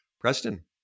Preston